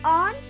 on